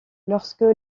lorsque